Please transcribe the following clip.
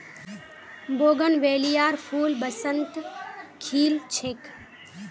बोगनवेलियार फूल बसंतत खिल छेक